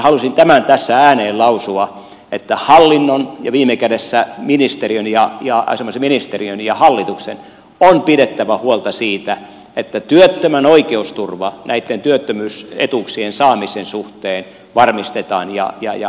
halusin tämän tässä ääneen lausua että hallinnon ja viime kädessä asianomaisen ministeriön ja hallituksen on pidettävä huolta siitä että työttömän oikeusturva näitten työttömyysetuuksien saamisen suhteen varmistetaan ja hoidetaan